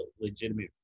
legitimate